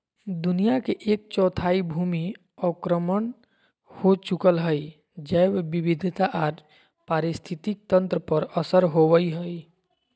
दुनिया के एक चौथाई भूमि अवक्रमण हो चुकल हई, जैव विविधता आर पारिस्थितिक तंत्र पर असर होवई हई